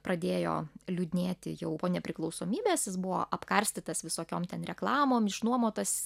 pradėjo liūdnėti jau po nepriklausomybės jis buvo apkarstytas visokiom ten reklamom išnuomotas